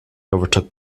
overtook